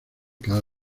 cada